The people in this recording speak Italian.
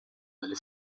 dalle